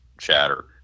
chatter